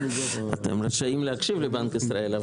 אתם רשאים להקשיב לבנק ישראל.